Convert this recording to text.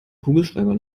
kugelschreiber